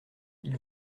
ils